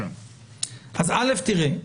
תראה,